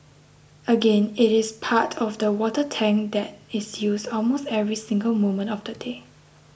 again it is part of the water tank that is used almost every single moment of the day